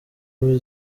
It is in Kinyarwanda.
muri